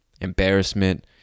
embarrassment